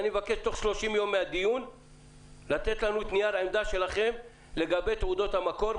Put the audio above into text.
אני מבקש בתוך 30 יום מהדיון לתת לנו נייר עמדה שלכם לגבי תעודות המקור,